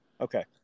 Okay